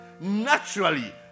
naturally